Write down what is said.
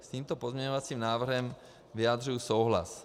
S tímto pozměňovacím návrhem vyjadřuji souhlas.